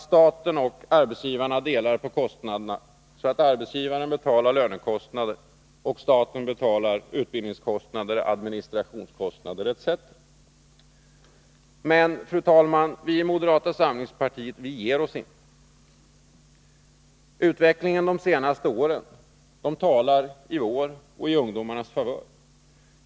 Staten och arbetsgivarna delar på kostnaderna så att arbetsgivarna betalar lönekostnader och staten betalar utbildningskostnader, administrationskostnader etc. Men, fru talman, vi i moderata samlingspartiet ger oss inte. Utvecklingen de senaste åren talar till vår och ungdomarnas favör.